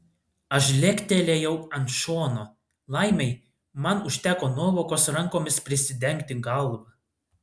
aš žlegtelėjau ant šono laimei man užteko nuovokos rankomis prisidengti galvą